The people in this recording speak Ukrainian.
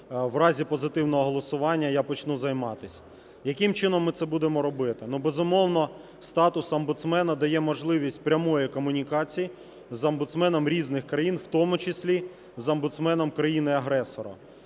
в разі позитивного голосування я почну займатися. Яким чином ми це будемо робити? Ну, безумовно, статус омбудсмена дає можливість прямої комунікації з омбудсменами різних країн, у тому числі з омбудсменом країни-агресором.